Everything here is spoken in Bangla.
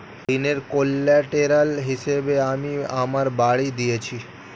ঋনের কোল্যাটেরাল হিসেবে আমি আমার বাড়ি দিয়েছি